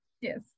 Yes